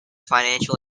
financial